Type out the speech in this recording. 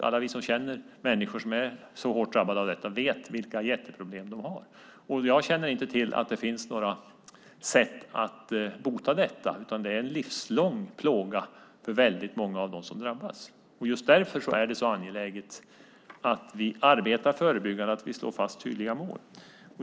Alla vi som känner människor som är drabbade av detta vet vilka jätteproblem de har. Jag känner inte till att det finns några sätt att bota det, utan det är en livslång plåga för väldigt många av dem som drabbas. Just därför är det så angeläget att vi arbetar förebyggande och slår fast tydliga mål.